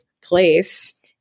place